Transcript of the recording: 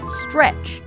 stretch